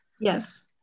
yes